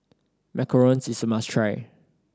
macarons is a must try